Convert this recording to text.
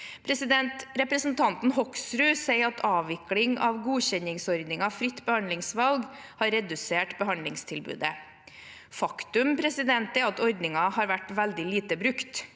Hoksrud sier at avvikling av godkjenningsordningen fritt behandlingsvalg har redusert behandlingstilbudet. Faktum er at ordningen har vært veldig lite brukt.